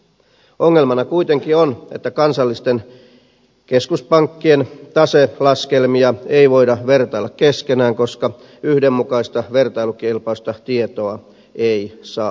ongelmana kuitenkin on että kansallisten keskuspankkien taselaskelmia ei voida vertailla keskenään koska yhdenmukaista vertailukelpoista tietoa ei saa